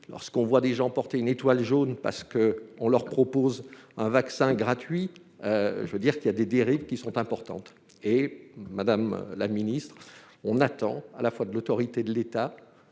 lorsqu'on voit des gens porter une étoile jaune parce que on leur propose un vaccin gratuit, je veux dire qu'il y a des dérives qui sont importantes et Madame la Ministre, on attend, à la fois de l'autorité de l'État,